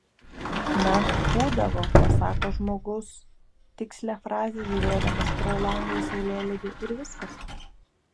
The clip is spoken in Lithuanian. na būdavo pasako žmogus tikslią frazę žiūrėdamas pro langą į saulėlydį ir viskas